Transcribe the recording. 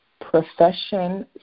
profession